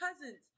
cousins